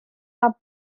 are